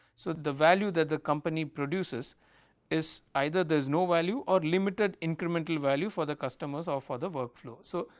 so, the value that the company produces is either there is no value or limited incremental value for the customers or for the workflow. so,